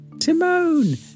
Timon